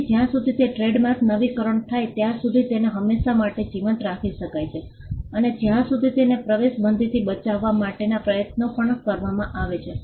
તેથી જ્યાં સુધી તે ટ્રેડમાર્ક નવીકરણ થાય ત્યાં સુધી તેને હંમેશ માટે જીવંત રાખી શકાય છે અને જ્યાં સુધી તેને પ્રવેશબંધીથી બચાવવા માટેના પ્રયત્નો પણ કરવામાં આવે છે